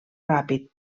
ràpid